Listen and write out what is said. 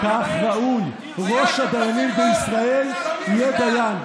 כך ראוי, שראש הדיינים בישראל יהיה דיין.